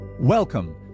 Welcome